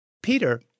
Peter